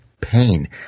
pain